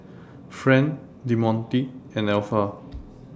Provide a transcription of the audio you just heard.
Friend Demonte and Alpha